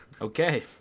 Okay